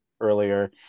earlier